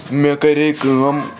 مےٚ کَرے کٲم